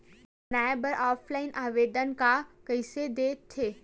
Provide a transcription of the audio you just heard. बनाये बर ऑफलाइन आवेदन का कइसे दे थे?